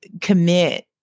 commit